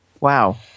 Wow